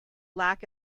lack